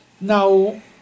now